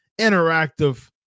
interactive